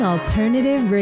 Alternative